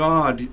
God